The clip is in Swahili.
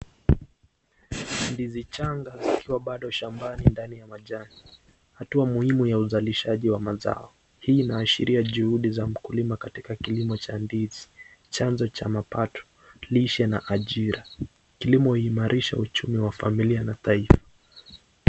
Ndizi changa ikiwa bado shambani ndani ya majani, hatua muhimu ya uzalishaji wa mazao, hii inashiria juhudi za mkulima katika kilimo cha ndizi, chanzo cha mapato, lishe na ajira. Kilimo huimarisha uchumi wa familia na taifa.